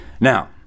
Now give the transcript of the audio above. now